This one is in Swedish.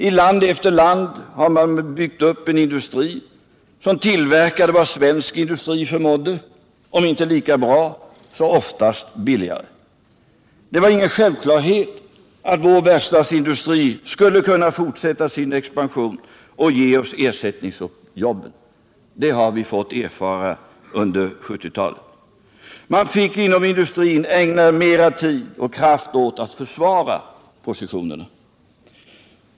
I land efter land hade man byggt upp en industri som tillverkade vad svensk industri förmådde prestera - om inte lika bra, så oftast billigare. Det var ingen självklarhet att vår verkstadsindustri skulle kunna fortsätta sin expansion och ge oss ersättningsjobben. Det har vi fått erfara under 1970-talet. Man fick inom industrin ägna mera tid och kraft åt att försvara positionerna.